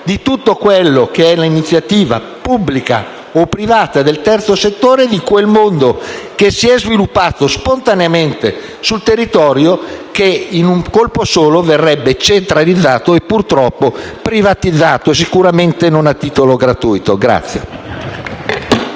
un esproprio dell'iniziativa pubblica o privata del terzo settore e di quel mondo che si è sviluppato spontaneamente sul territorio, che in un colpo solo verrebbe centralizzato e, purtroppo, privatizzato, sicuramente non a titolo gratuito.